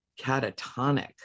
catatonic